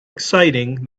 exciting